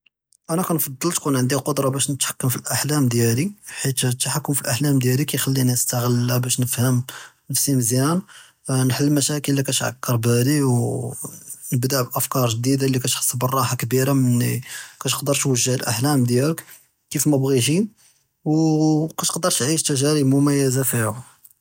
אַנָא כַּנְפַדֵּל תְּקוּן עַנְדִי אֶלְקֻדְרַה בַּאש נִתְחַכֵּם פִּי אֶלְאַחְלַאם דִּיַאלִי, חֵית אֶלְתַּחְכּוּם פִּי אֶלְאַחְלַאם דִּיַאלִי כַּיַחַלִּינִי נְסְתַעְגֵ'לְהַא בַּאש נְפַהֵם נַפְסִי מְזְיַאן, נַחַלּ מְשַׁاكֵל וְנְבַדֵּעְ בְּאַפְקַאר גְּדִידָה אֶלְלִי כַּתְחִס בְּרַاحָה כְּבִּירָה מֵנִי כַּתְקַדֵּר תְּוַגֵּה אֶלְאַחְלַאם דִּיַאלְכּ כִּיפְמַא בְּغִיתִי וְכַתְקַדֵּר תְּעַיֵּש תַּגַ'ارִב מְמַיְּזָה תַּעְוּו.